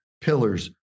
pillars